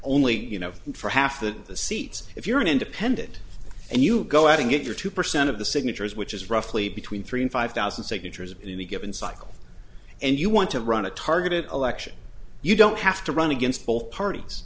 only you know for half the seats if you're an independent and you go out and get your two percent of the signatures which is roughly between three and five thousand signatures in any given cycle and you want to run a targeted election you don't have to run against both parties